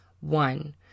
One